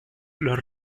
los